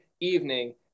evening